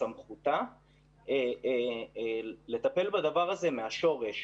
בסמכותה לטפל בדבר הזה מהשורש,